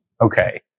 okay